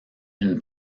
une